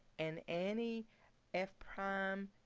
and any f prime